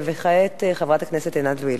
כעת חברת הכנסת עינת וילף.